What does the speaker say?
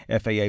FAA